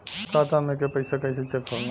खाता में के पैसा कैसे चेक होला?